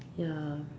ya